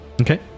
Okay